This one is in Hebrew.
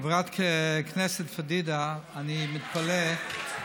חברת הכנסת פדידה, אני מתפלא: